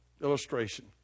illustration